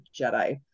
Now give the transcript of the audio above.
Jedi